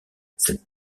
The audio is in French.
cette